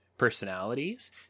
personalities